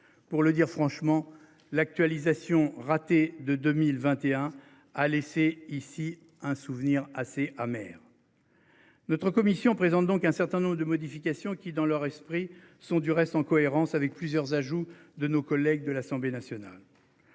pour le dire franchement l'actualisation raté de 2021 a laissé ici un souvenir assez amer. Notre commission présente donc un certain nombre de modifications qui, dans leur esprit sont du reste en cohérence avec plusieurs ajouts de nos collègues de l'Assemblée nationale.